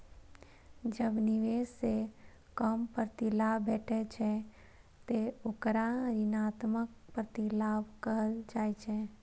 जब निवेश सं कम प्रतिलाभ भेटै छै, ते ओकरा ऋणात्मक प्रतिलाभ कहल जाइ छै